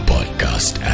Podcast